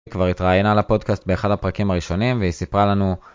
כבר התראיינה לפודקאסט באחד הפרקים הראשונים והיא סיפרה לנו